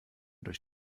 durch